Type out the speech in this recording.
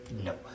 No